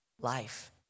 life